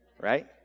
Right